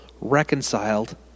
reconciled